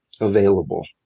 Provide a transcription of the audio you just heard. available